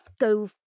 go